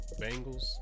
Bengals